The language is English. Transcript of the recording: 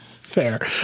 Fair